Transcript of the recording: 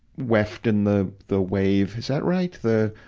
weft and the, the wave. is that right? the,